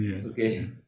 okay